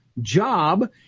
job